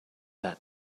that